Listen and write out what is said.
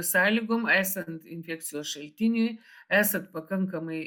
sąlygom esant infekcijos šaltiniui esant pakankamai